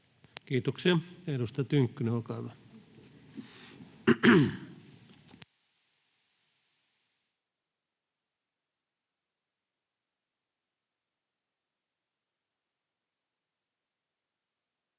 Kiitoksia. — Edustaja Tynkkynen, olkaa hyvä.